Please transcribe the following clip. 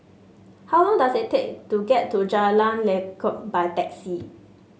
how long does it take to get to Jalan Lekub by taxi